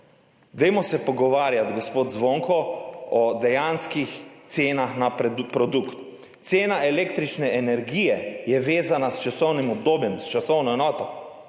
evrov. Pogovarjajmo se, gospod Zvonko, o dejanskih cenah na produkt. Cena električne energije je vezana na časovno obdobje, časovno enoto.